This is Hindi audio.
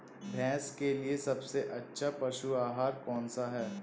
भैंस के लिए सबसे अच्छा पशु आहार कौन सा है?